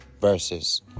verses